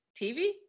TV